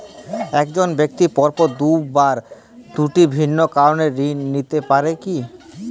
এক জন ব্যক্তি পরপর দুবার দুটি ভিন্ন কারণে ঋণ নিতে পারে কী?